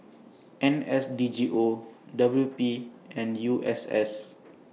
N S D G O W P and U S S